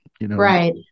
Right